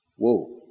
Whoa